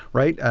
right?